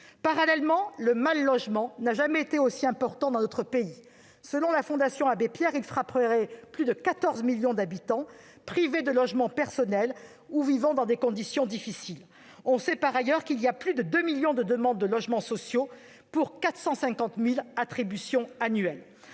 Parallèlement, le mal-logement n'a jamais été aussi important dans notre pays. Selon la Fondation Abbé Pierre, il frapperait plus de 14 millions d'habitants, ainsi privés de logement personnel ou vivant dans des conditions difficiles. On sait par ailleurs qu'il y a plus de 2 millions de demandes de logements sociaux pour 450 000 attributions annuelles.